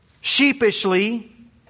sheepishly